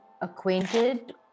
acquainted